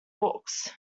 books